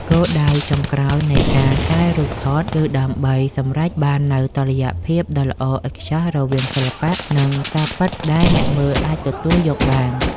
គោលដៅចុងក្រោយនៃការកែរូបថតគឺដើម្បីសម្រេចបាននូវតុល្យភាពដ៏ល្អឥតខ្ចោះរវាងសិល្បៈ និងការពិតដែលអ្នកមើលអាចទទួលយកបាន។